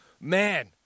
man